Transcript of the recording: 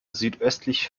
südöstlich